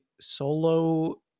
solo